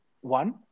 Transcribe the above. one